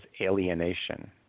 alienation